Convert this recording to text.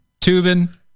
Tubin